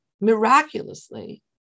miraculously